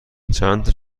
چندتا